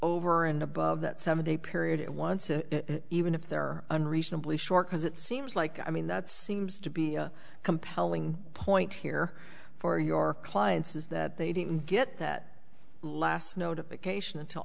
over and above that seven day period it once and even if there are unreasonably short because it seems like i mean that seems to be a compelling point here for your clients is that they didn't get that last notification until